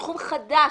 לתחום חדש.